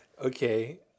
Okay